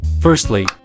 Firstly